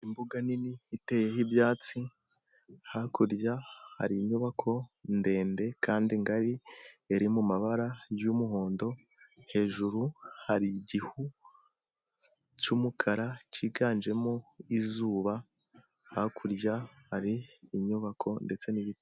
Imbuga nini iteyeho ibyatsi, hakurya hari inyubako ndende kandi ngari, iri mu mabara y'umuhondo, hejuru hari igihu cy'umukara cyiganjemo izuba, hakurya hari inyubako ndetse n'ibiti.